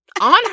on